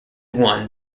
won